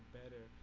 better